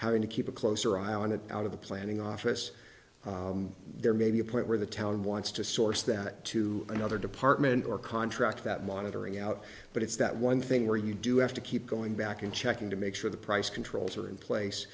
how to keep a closer eye on it out of the planning office there may be a point where the town wants to source that to another department or contract that monitoring out but it's that one thing where you do have to keep going back and checking to make sure the price controls are in place